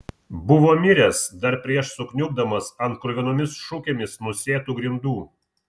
buvo miręs dar prieš sukniubdamas ant kruvinomis šukėmis nusėtų grindų